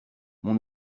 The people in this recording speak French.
mon